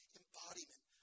embodiment